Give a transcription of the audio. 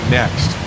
next